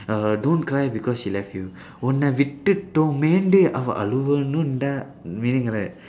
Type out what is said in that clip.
uh don't cry because she left you உன்னை விட்டுட்டுமேன்னு அவ அழுவனும் டா:unnai vitdutdumeennu ava azhuvanum daa meaning right